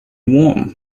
warm